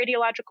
radiological